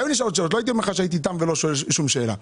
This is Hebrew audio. היו נשאלות שאלות; לא הייתי תם ולא שואל שום שאלה,